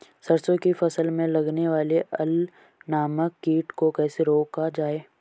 सरसों की फसल में लगने वाले अल नामक कीट को कैसे रोका जाए?